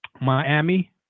miami